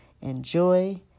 Enjoy